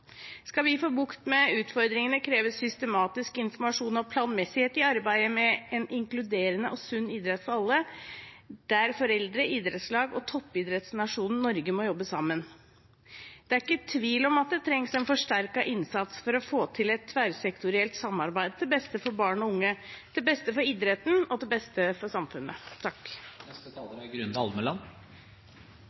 Skal vi få bukt med utfordringene, kreves det systematisk informasjon og planmessighet i arbeidet med en inkluderende og sunn idrett for alle, der foreldre, idrettslag og toppidrettsnasjonen Norge må jobbe sammen. Det er ikke tvil om at det trengs en forsterket innsats for å få til et tverrsektorielt samarbeid til beste for barn og unge, til beste for idretten og til beste for samfunnet.